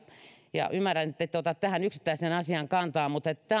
ja ymmärrän ettette ota tähän yksittäiseen asiaan kantaa mutta